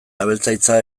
abeltzaintza